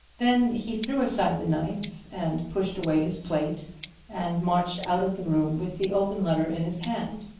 then he threw aside the knife and pushed away his plate and marched out of the room with the open letter in his hand.